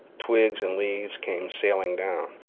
twigs and leaves came sailing down.